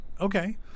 Okay